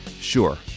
Sure